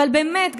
אבל באמת,